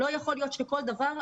לא יכול להיות שכל דבר,